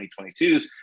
2022s